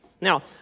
Now